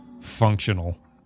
functional